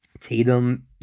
Tatum